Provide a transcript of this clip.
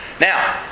Now